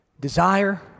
desire